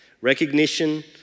Recognition